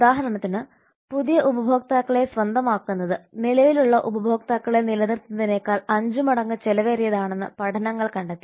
ഉദാഹരണത്തിന് പുതിയ ഉപഭോക്താക്കളെ സ്വന്തമാക്കുന്നത് നിലവിലുള്ള ഉപഭോക്താക്കളെ നിലനിർത്തുന്നതിനേക്കാൾ 5 മടങ്ങ് ചെലവേറിയതാണെന്ന് പഠനങ്ങൾ കണ്ടെത്തി